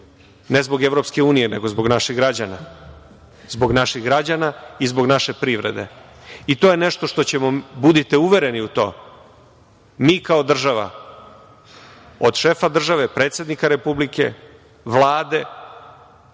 ne zbog EU, nego zbog naših građana, zbog naših građana i zbog naše privrede. To je nešto što ćemo, budite uvereni u to, mi kao država od šefa države, predsednika Republike, Vlade